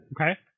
Okay